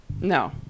no